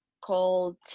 called